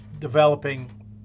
developing